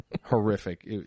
Horrific